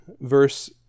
verse